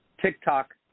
TikTok